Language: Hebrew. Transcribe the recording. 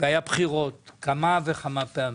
והיה בחירות כמה וכמה פעמים,